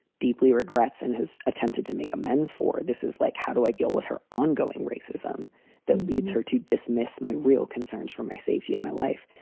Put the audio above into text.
deeply regrets and has attempted to make amends for? this is like how do i deal with her ongoing racism that leads her to dismiss my real concerns for my safety in my life?